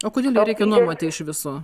o kodėl ją reikia nuomoti iš viso